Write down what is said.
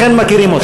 לכן מכירים אותה.